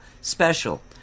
Special